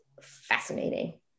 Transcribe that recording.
fascinating